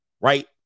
right